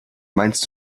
meinst